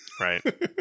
Right